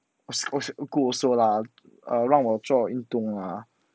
如果我说啦 err 让我做运动啊